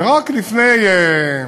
ורק לפני,